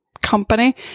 company